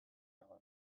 egon